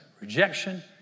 rejection